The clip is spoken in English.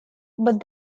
but